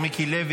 מיקי לוי,